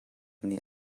nih